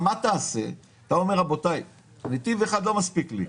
אתה אומר: רבותיי, נתיב אחד לא מספיק לי,